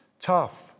tough